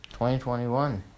2021